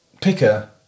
Picker